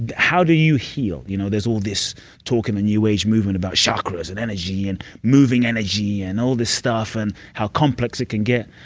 how do you heal? you know there's all this talk in the new age movement about chakras and energy and moving energy and all this stuff and how complex it can get.